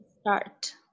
start